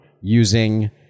using